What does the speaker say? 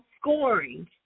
scoring